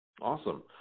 Awesome